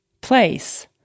place